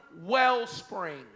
wellspring